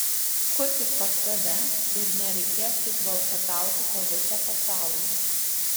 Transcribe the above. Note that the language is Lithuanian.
kurkit pas save ir nereikės taip valkatauti po visą pasaulį